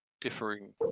differing